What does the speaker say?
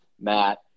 Matt